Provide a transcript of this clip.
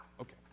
okay